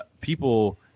people